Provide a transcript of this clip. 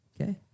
Okay